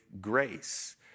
grace